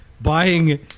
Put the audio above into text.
buying